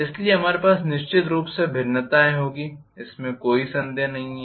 इसलिए हमारे पास निश्चित रूप से भिन्नताएं होंगी इसमें कोई संदेह नहीं है